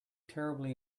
terribly